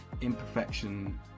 imperfection